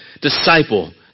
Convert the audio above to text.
disciple